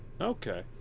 Okay